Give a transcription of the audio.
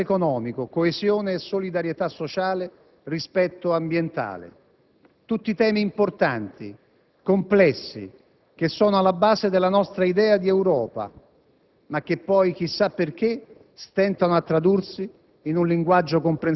Democrazia, libertà, progresso economico, coesione e solidarietà sociale, rispetto ambientale: tutti temi importanti, complessi, che sono alla base della nostra idea di Europa,